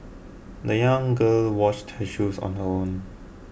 the young girl washed her shoes on her own